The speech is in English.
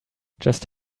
just